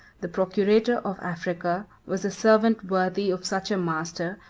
the procurator of africa was a servant worthy of such a master,